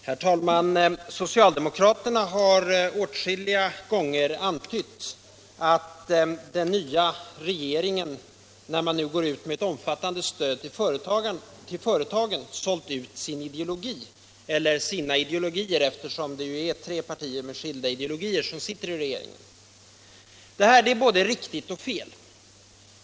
Herr talman! Socialdemokraterna har åtskilliga gånger antytt att den nya regeringen, när den går ut med ett omfattande stöd till företagen, sålt ut sin ideologi — eller sina ideologier, eftersom det ju är tre partier med skilda ideologier som sitter i regeringen. Det är både riktigt och fel.